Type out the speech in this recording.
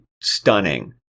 stunning